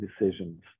decisions